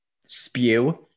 spew